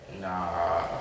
nah